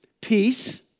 peace